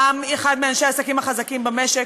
פעם אחד מאנשי העסקים החזקים במשק,